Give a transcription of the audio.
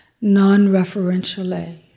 non-referentially